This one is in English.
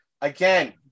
Again